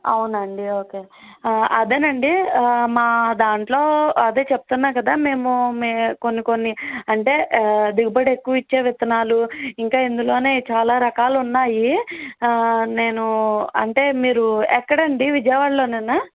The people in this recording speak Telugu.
అవునా అండి ఓకే అదేనండి మా దాంట్లో అదే చెప్తున్నా కదా మేము కొన్ని కొన్ని అంటే దిగుబడి ఎక్కువ ఇచ్చే విత్తనాలు ఇంకా ఇందులోనే చాలా రకాలున్నాయి నేను అంటే మీరు ఎక్కడండి విజయవాడలోనేనా